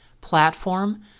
platform